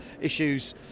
issues